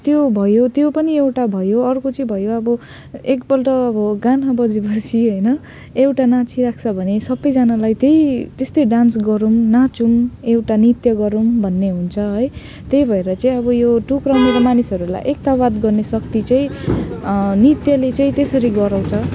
त्यो भयो त्यो पनि एउटा भयो अर्को चाहिँ भयो अब एकपल्ट अब गाना बजेपछि होइन एउटा नाचिरहेको छ सबैजनालाई त्यही त्यस्तै डान्स गरौँ नाचौँ एउटा नृत्य गरौँ भन्ने हुन्छ है त्यही भएर चाहिँ अब यो टुक्र्याउन त मानिसहरूलाई एकबद्ध गर्ने शक्ति चाहिँ नृत्यले चाहिँ त्यसरी गराउँछ